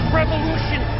revolution